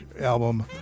album